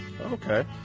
Okay